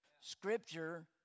Scripture